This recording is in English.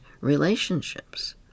relationships